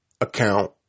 account